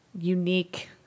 unique